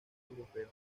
europeo